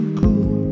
cool